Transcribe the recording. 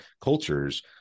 cultures